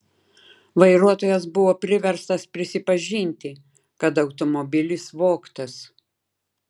vairuotojas buvo priverstas prisipažinti kad automobilis vogtas